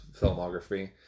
filmography